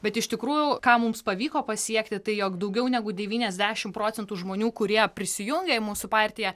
bet iš tikrųjų ką mums pavyko pasiekti tai jog daugiau negu devyniasdešim procentų žmonių kurie prisijungė į mūsų partiją